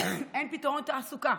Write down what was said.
אין פתרון תעסוקה,